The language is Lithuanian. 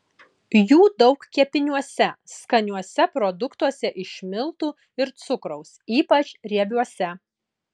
jų daug kepiniuose skaniuose produktuose iš miltų ir cukraus ypač riebiuose